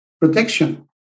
protection